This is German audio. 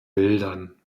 bildern